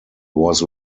was